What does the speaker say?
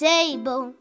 Table